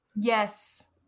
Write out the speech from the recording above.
Yes